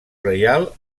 reial